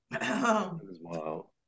Wow